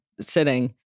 sitting